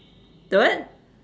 the what